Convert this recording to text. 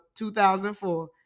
2004